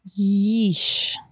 Yeesh